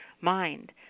mind